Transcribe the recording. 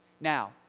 Now